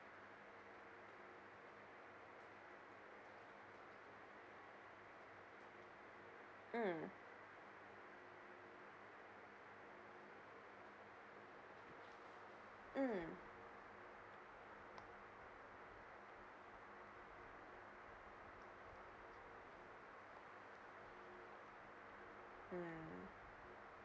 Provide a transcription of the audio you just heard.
mm mm